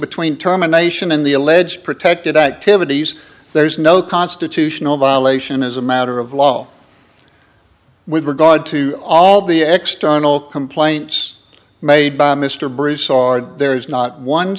between term and nation in the alleged protected activities there is no constitutional violation as a matter of law with regard to all the external complaints made by mr broussard there is not one